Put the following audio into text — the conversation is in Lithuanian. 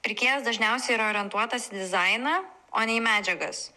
pirkėjas dažniausiai yra orientuotas į dizainą o ne į medžiagas